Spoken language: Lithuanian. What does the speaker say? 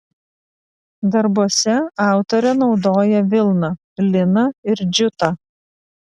darbuose autorė naudoja vilną liną ir džiutą